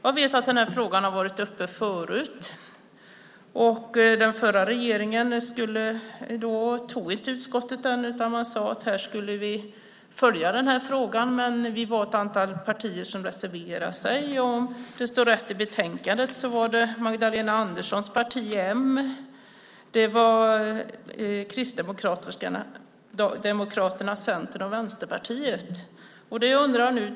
Jag vet att frågan har varit uppe förut. Den förra regeringen sade att man skulle följa frågan, men det var ett antal partier som reserverade sig. Om det står rätt i betänkandet var det Magdalena Anderssons parti, m, Kristdemokraterna, Centerpartiet och Vänsterpartiet.